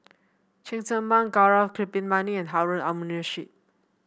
Cheng Tsang Man Gaurav Kripalani and Harun Aminurrashid